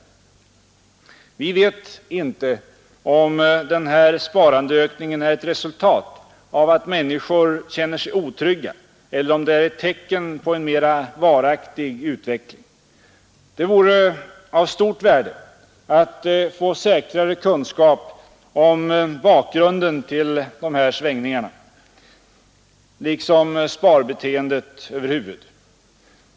Vi vet inte om den här sparandeökningen är ett resultat av att människor känner sig otrygga eller om den är ett tecken på en mera varaktig utveckling. Det vore av stort värde att få säkrare kunskap om bakgrunden till dessa svängningar liksom sparbeteendet över huvud taget.